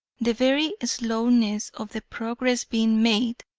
the very slowness of the progress being made,